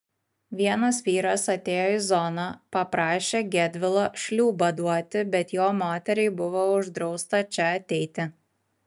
vienas vyras atėjo į zoną paprašė gedvilo šliūbą duoti bet jo moteriai buvo uždrausta čia ateiti